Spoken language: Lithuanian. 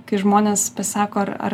kai žmonės pasako ar ar